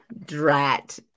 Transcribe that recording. drat